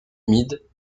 humides